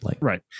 Right